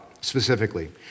specifically